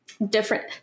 different